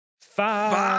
five